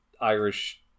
Irish